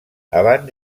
abans